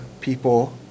people